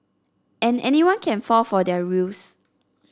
and anyone can fall for their ruse